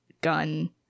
Gun